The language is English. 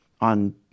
on